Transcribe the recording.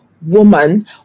woman